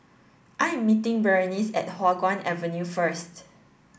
I am meeting Berenice at Hua Guan Avenue first